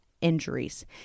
injuries